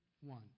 one